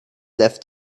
left